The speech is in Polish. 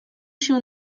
się